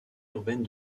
urbaine